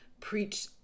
preach